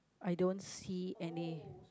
I don't see any